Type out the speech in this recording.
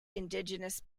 indigenous